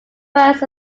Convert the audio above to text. first